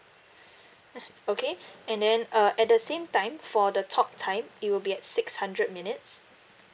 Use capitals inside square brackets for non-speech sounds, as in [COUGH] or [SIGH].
[BREATH] [NOISE] okay and then uh at the same time for the talk time it will be at six hundred minutes